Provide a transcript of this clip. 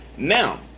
now